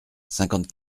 cinquante